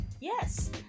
yes